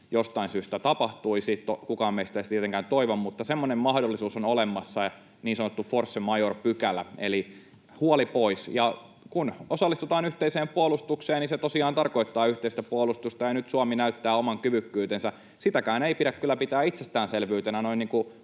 jostain syystä tapahtuisi. Kukaan meistä ei sitä tietenkään toivo, mutta semmoinen mahdollisuus on olemassa, niin sanottu force majeure ‑pykälä. Eli huoli pois. Kun osallistutaan yhteiseen puolustukseen, niin se tosiaan tarkoittaa yhteistä puolustusta, ja nyt Suomi näyttää oman kyvykkyytensä. Sitäkään ei pidä kyllä pitää itsestäänselvyytenä